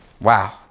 Wow